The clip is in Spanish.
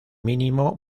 mínimo